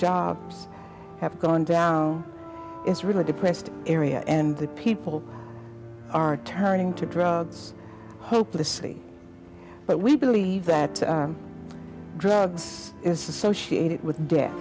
jobs have gone down it's really depressed area and people are turning to drugs hopelessly but we believe that drugs is associated with